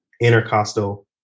intercostal